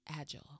agile